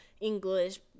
english